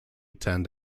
turned